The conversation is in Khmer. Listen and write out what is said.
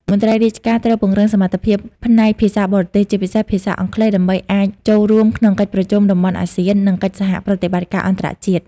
មន្ត្រីរាជការត្រូវពង្រឹងសមត្ថភាពផ្នែកភាសាបរទេស ជាពិសេសភាសាអង់គ្លេស ដើម្បីអាចចូលរួមក្នុងកិច្ចប្រជុំតំបន់អាស៊ាន និងកិច្ចសហប្រតិបត្តិការអន្តរជាតិ។